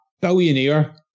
billionaire